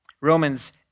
Romans